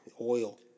oil